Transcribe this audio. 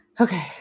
Okay